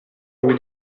lui